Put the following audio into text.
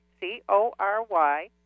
C-O-R-Y